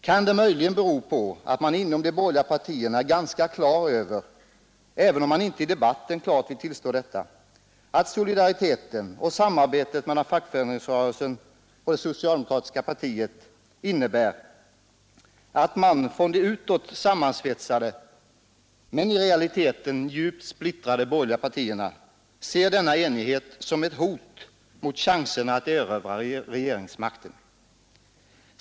Kan det möjligen bero på att man inom de borgerliga partierna är klar över, även om man inte i debatten klart vill tillstå detta, att solidariteten och samarbetet mellan fackföreningsrörelsen och det socialdemokratiska partiet innebär en enighet, som man i de utåt sammansvetsade men i realiteten djupt splittrade borgerliga partierna ser som ett hot mot chanserna att erövra regeringsmakten?